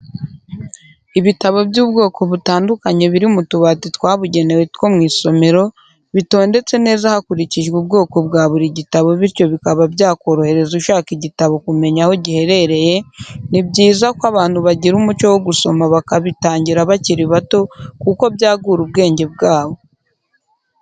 Ibitabo by'ubwoko butandukanye biri mu tubati twabugenewe two mu isomero, bitondetse neza hakurikijwe ubwoko bwa buri gitabo bityo bikaba byakorohereza ushaka igitabo kumenya aho giherereye, ni byiza ko abantu bagira umuco wo gusoma bakabitangira bakiri bato kuko byagura ubwenge bwabo.